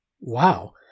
Wow